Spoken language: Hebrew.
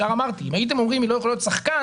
אמרתי שאם הייתם אומרים שהיא לא יכולה להיות שחקן,